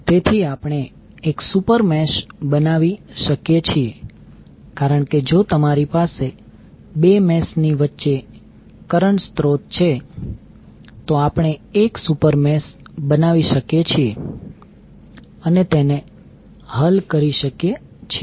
તેથી આપણે એક સુપર મેશ બનાવી શકીએ છીએ કારણ કે જો તમારી પાસે 2 મેશ ની વચ્ચે કરંટ સ્રોત છે તો આપણે એક સુપર મેશ બનાવી શકીએ છીએ અને તેને હલ કરી શકીએ છીએ